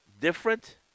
different